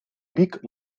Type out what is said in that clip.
бік